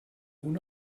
ohne